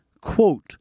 quote